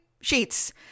sheets